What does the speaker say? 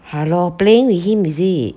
!hannor! playing with him is it